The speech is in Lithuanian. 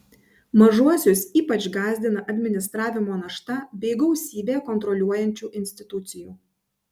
mažuosius ypač gąsdina administravimo našta bei gausybė kontroliuojančių institucijų